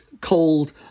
cold